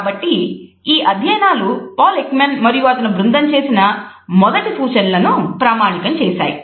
కాబట్టి ఈ అధ్యయనాలు పాల్ ఎక్మాన్ మరియు అతని బృందం చేసిన మొదటి సూచనలను ప్రామాణికం చేశాయి